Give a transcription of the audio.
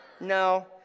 No